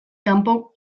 kanpo